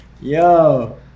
Yo